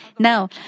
Now